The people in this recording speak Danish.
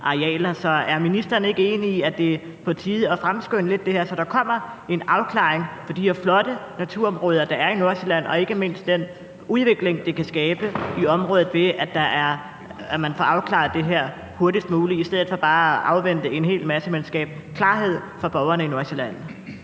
Så er ministeren ikke enig i, at det er på tide at fremskynde det her lidt, så der kommer en afklaring, hvad angår de her flotte naturområder, der er i Nordsjælland, og ikke mindst hvad angår den udvikling, det kan skabe i området, at man får afklaret det her hurtigst muligt og får skabt klarhed for borgerne i Nordsjælland